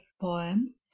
poem